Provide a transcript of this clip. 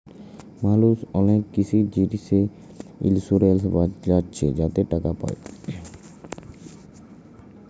মালুস অলেক কিসি জিলিসে ইলসুরেলস বালাচ্ছে যাতে টাকা পায়